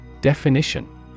Definition